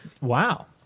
wow